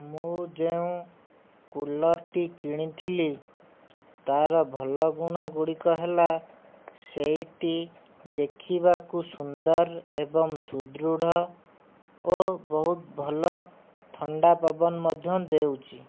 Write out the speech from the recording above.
ମୁଁ ଯେଉଁ କୁଲରଟି କିଣିଥିଲି ତାର ଭଲ ଗୁଣ ଗୁଡ଼ିକ ହେଲା ସେଇଟି ଦେଖିବାକୁ ସୁନ୍ଦର ଏବଂ ସୁଦୃଢ଼ ଓ ବହୁତ ଭଲ ଥଣ୍ଡା ପବନ ମଧ୍ୟ ଦେଉଛି